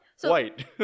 white